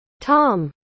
Tom